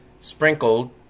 sprinkled